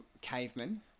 cavemen